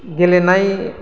गेलेनाय